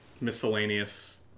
Miscellaneous